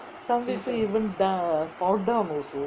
some people even fall down also